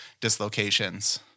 dislocations